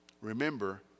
Remember